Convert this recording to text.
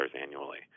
annually